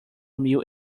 meal